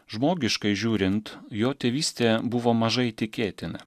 žmogiškai žiūrint jo tėvystė buvo mažai tikėtina